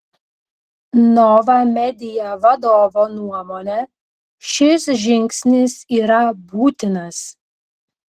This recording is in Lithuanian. nova media vadovo nuomone šis žingsnis yra būtinas